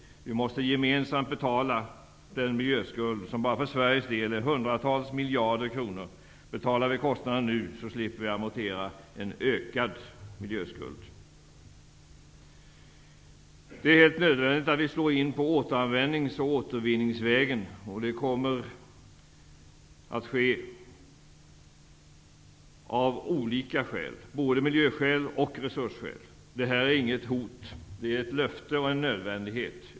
Vi måste gemensamt betala den miljöskuld som bara för Sveriges del är hundratals miljarder kronor. Om vi betalar kostnaden nu, slipper vi amortera en ökad miljöskuld. Det är nödvändigt att vi slår in på återanvändningsoch återvinningsvägen, och det kommer att ske av olika skäl, både av miljöskäl och av resursskäl. Detta är inget hot, det är ett löfte och en nödvändighet.